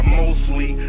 mostly